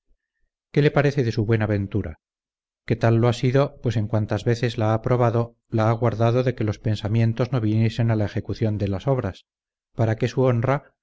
que le parece de su buena ventura que tal lo ha sido pues en cuantas veces la ha probado la ha guardado de que los pensamientos no viniesen a la ejecución de las obras para que su honra